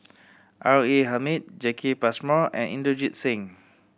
R A Hamid Jacki Passmore and Inderjit Singh